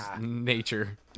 nature